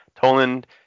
Toland